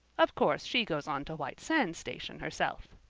of course she goes on to white sands station herself.